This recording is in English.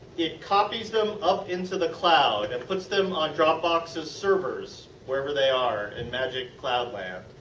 it copies them up into the cloud and puts them on dropbox's servers, wherever they are in magic cloud land.